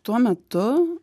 tuo metu